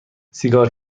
سیگار